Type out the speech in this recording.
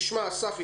אסף,